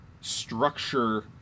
structure